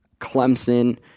Clemson